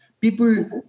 People